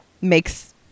makes